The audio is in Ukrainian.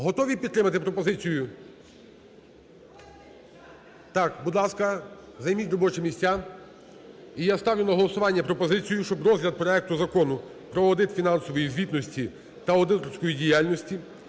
Готові підтримати пропозицію? Так, будь ласка, займіть робочі місця, і я ставлю на голосування пропозицію, щоб розгляд проекту Закону про аудит фінансової звітності та аудиторську діяльність